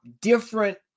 different